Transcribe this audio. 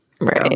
right